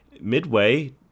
Midway